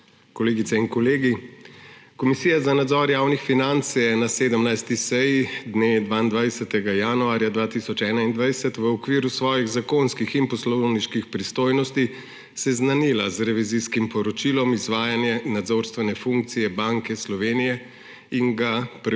Kolegice in kolegi! Komisija za nadzor javnih financ se je na 17. seji dne 22. januarja 2021 v okviru svojih zakonskih in poslovniških pristojnosti seznanila z revizijskim poročilom Izvajanje nadzorstvene funkcije Banke Slovenije in ga preučila.